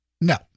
No